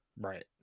right